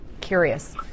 curious